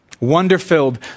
wonder-filled